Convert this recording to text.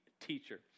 teacher